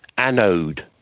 anode,